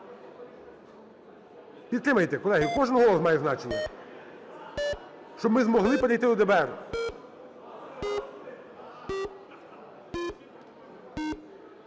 Підтримайте, колеги, кожен голос має значення, щоб ми змогли перейти до ДБР.